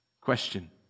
Question